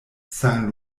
saint